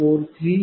05621 0